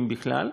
אם בכלל.